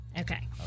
Okay